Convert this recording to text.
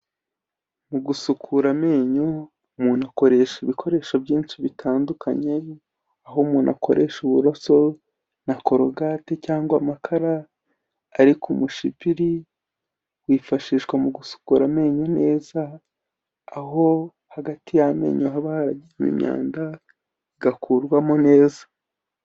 Mu gusukura amenyo umuntu akoresha ibikoresho byinshi bitandukanye, aho umuntu akoresha uburoso na corogate cyangwa amakara ariko umushipiri wifashishwa mu gusukura amenyo neza, aho hagati y'amenyo haba haragiye imyanda igakurwamo neza.